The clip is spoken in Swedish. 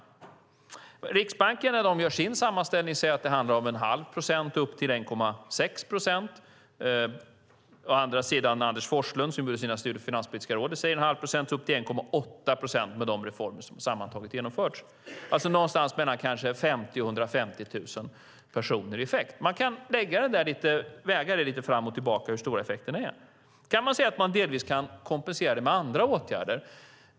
När Riksbanken gör sin sammanställning säger man att det handlar om en halv procent upp till 1,6 procent. Å andra sidan säger Anders Forslund, som gjorde sina studier för Finanspolitiska rådet, en halv procent upp till 1,8 procent med de reformer som sammantaget har genomförts. Det handlar alltså om en effekt på mellan 50 000 och 150 000 personer. Hur stora effekterna är kan man väga lite fram och tillbaka. Kan man säga att man delvis kan kompensera det med andra åtgärder?